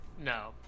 No